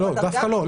דווקא לא.